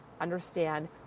understand